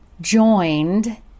joined